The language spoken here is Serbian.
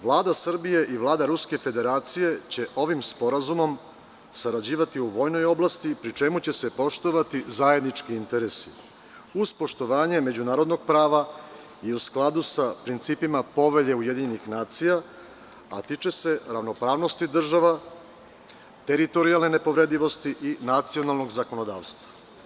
Vlada Srbije i Vlada Ruske Federacije će ovim sporazumom sarađivati u vojnoj oblasti, pri čemu će se poštovati zajednički interesi, uz poštovanje međunarodnog prava i u skladu sa principima Povelje UN, a tiče se ravnopravnosti država, teritorijalne nepovredivosti i nacionalnog zakonodavstva.